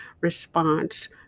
response